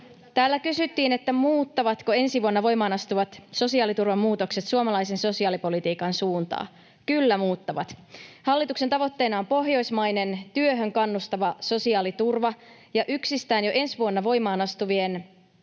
Täällä kysyttiin, muuttavatko ensi vuonna voimaan astuvat sosiaaliturvan muutokset suomalaisen sosiaalipolitiikan suuntaa: Kyllä muuttavat. Hallituksen tavoitteena on pohjoismainen, työhön kannustava sosiaaliturva, ja yksistään jo ensi vuonna voimaan astuvien